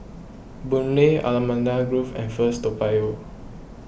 Boon Lay Allamanda Grove and First Toa Payoh